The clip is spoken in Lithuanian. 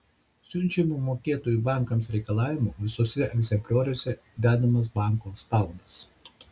siunčiamų mokėtojų bankams reikalavimų visuose egzemplioriuose dedamas banko spaudas